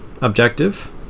objective